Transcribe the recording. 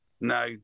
no